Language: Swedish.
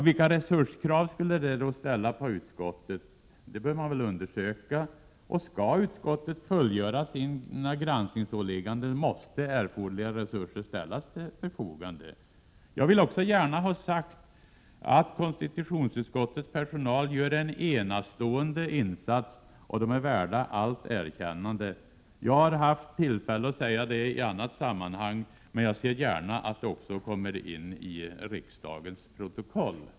Vilka resurskrav skulle det då ställas på utskottet? Det borde man undersöka, och skall utskottet fullgöra sina granskningsåligganden måste erforderliga resurser ställas till förfogande. Jag vill också gärna ha sagt att KU:s personal gör en enastående insats och är värd allt erkännande. Jag har haft tillfälle att säga detta i annat sammanhang, men jag ser gärna att det också kommer in i riksdagens protokoll.